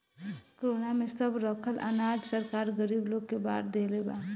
corona में सब रखल अनाज सरकार गरीब लोग के बाट देहले बा